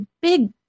big